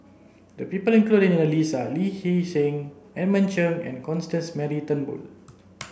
the people included in Lee Hee Seng Edmund Cheng and Constance Mary Turnbull